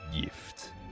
gift